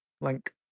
link